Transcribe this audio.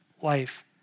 wife